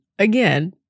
Again